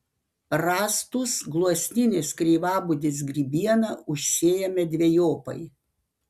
rąstus gluosninės kreivabudės grybiena užsėjame dvejopai